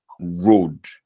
road